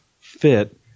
fit